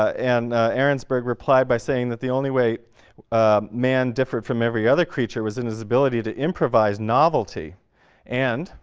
and and but replied by saying that the only way man differed from every other creature was in his ability to improvise novelty and,